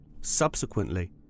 Subsequently